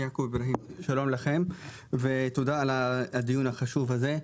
שלום לכם ותודה על הדיון החשוב הזה.